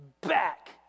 back